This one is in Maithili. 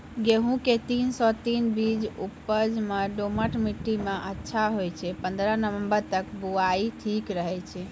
गेहूँम के तीन सौ तीन बीज उपज मे दोमट मिट्टी मे अच्छा होय छै, पन्द्रह नवंबर तक बुआई ठीक रहै छै